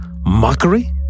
Mockery